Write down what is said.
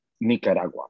Nicaragua